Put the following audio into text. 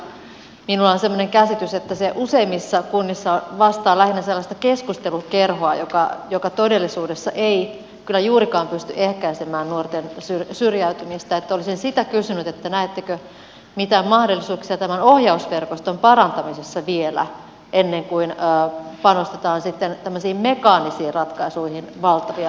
minulla on semmoinen käsitys että se useimmissa kunnissa vastaa lähinnä sellaista keskustelukerhoa joka todellisuudessa ei kyllä juurikaan pysty ehkäisemään nuorten syrjäytymistä niin että olisin sitä kysynyt näettekö mitään mahdollisuuksia tämän ohjausverkoston parantamisessa vielä ennen kuin panostetaan sitten tämmöisiin mekaanisiin ratkaisuihin lisämäärärahoja